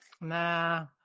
nah